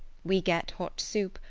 we get hot soup,